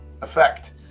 effect